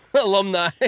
alumni